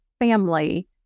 family